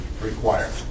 required